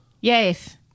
Yes